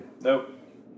Nope